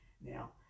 Now